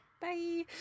bye